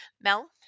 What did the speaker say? Mel